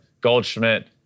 Goldschmidt